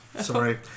Sorry